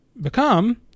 become